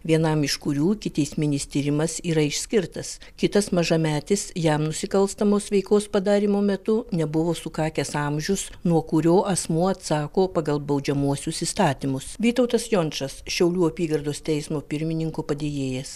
vienam iš kurių ikiteisminis tyrimas yra išskirtas kitas mažametis jam nusikalstamos veikos padarymo metu nebuvo sukakęs amžius nuo kurio asmuo atsako pagal baudžiamuosius įstatymus vytautas jončas šiaulių apygardos teismo pirmininko padėjėjas